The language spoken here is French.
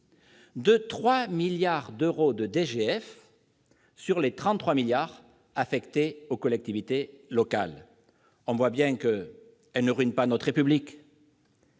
de 3 milliards d'euros de DGF sur les 33 milliards d'euros affectés aux collectivités locales. On voit bien qu'elles ne ruinent pas notre République